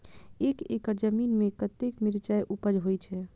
एक एकड़ जमीन में कतेक मिरचाय उपज होई छै?